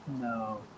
No